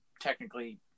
technically